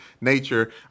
nature